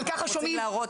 אבל ככה שומעים,